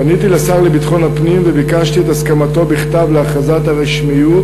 פניתי לשר לביטחון הפנים וביקשתי את הסכמתו בכתב להכרזת הרשמיות.